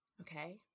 Okay